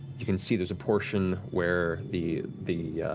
you can see there's a portion where the the